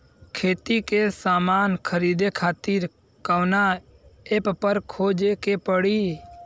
खेती के समान खरीदे खातिर कवना ऐपपर खोजे के पड़ी?